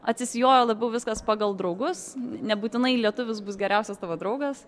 atsisijojo labiau viskas pagal draugus nebūtinai lietuvis bus geriausias tavo draugas